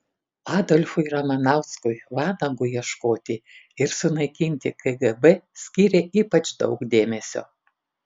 adolfui ramanauskui vanagui ieškoti ir sunaikinti kgb skyrė ypač daug dėmesio